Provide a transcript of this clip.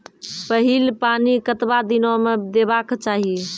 पहिल पानि कतबा दिनो म देबाक चाही?